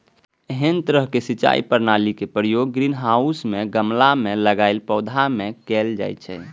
एहन तरहक सिंचाई प्रणालीक प्रयोग ग्रीनहाउस मे गमला मे लगाएल पौधा मे कैल जाइ छै